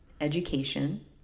education